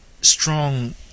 strong